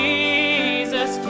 Jesus